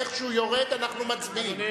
איך שהוא יורד אנחנו מצביעים.